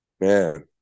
Man